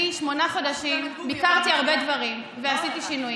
אני שמונה חודשים ביקרתי הרבה דברים ועשיתי שינויים.